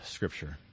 Scripture